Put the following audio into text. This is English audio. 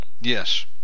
Yes